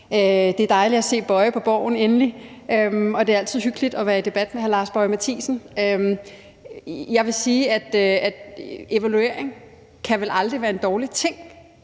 se Lars Boje Mathiesen på Borgen, og det er altid hyggeligt at være i debat med hr. Lars Boje Mathiesen. Jeg vil sige, at evaluering vel aldrig kan være en dårlig ting.